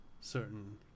certain